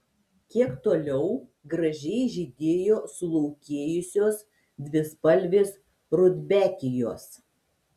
kiek toliau gražiai žydėjo sulaukėjusios dvispalvės rudbekijos